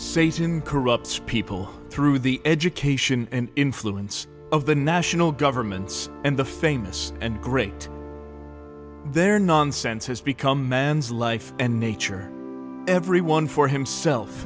satan corrupts people through the education and influence of the national governments and the famous and great their nonsense has become man's life and nature every one for himself